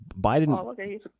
Biden –